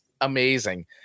amazing